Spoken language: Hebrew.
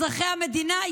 אזרחי המדינה,